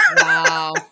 Wow